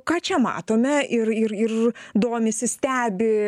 ką čia matome ir ir ir domisi stebi